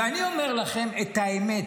ואני אומר לכם את האמת.